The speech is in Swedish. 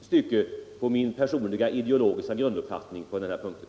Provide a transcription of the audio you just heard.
stycke givit avkall på min personliga ideologiska grunduppfattning på den här punkten.